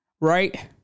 right